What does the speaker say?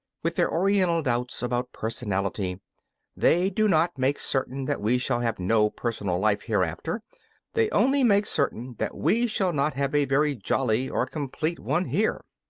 with their oriental doubts about personality they do not make certain that we shall have no personal life hereafter they only make certain that we shall not have a very jolly or complete one here.